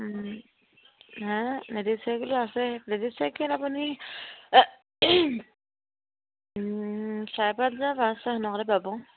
ladies চাইকেলো আছে ladies cycle আপুনি চাৰে পাঁচ হেজাৰ